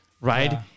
right